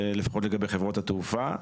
לפחות לגבי חברות התעופה,